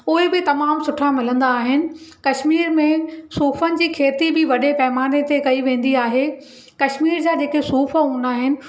उहे बि तमामु सुठा मिलंदा आहिनि कश्मीर में सूफ़नि जी खेती बि वॾे पैमाने ते कई वेंदी आहे कश्मीर जा जेके सूफ़ हूंदा आहिनि